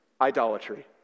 idolatry